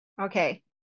Okay